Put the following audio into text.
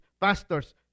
pastors